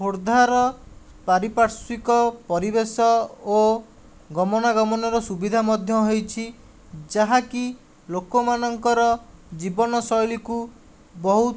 ଖୋର୍ଦ୍ଧାର ପାରିପାର୍ଶ୍ଵିକ ପରିବେଶ ଓ ଗମନାଗମନର ସୁବିଧା ମଧ୍ୟ ହୋଇଛି ଯାହାକି ଲୋକମାନଙ୍କର ଜୀବନଶୈଳୀକୁ ବହୁତ